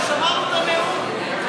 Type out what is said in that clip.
כבר שמענו את הנאום הזה.